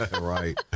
Right